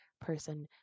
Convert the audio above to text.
person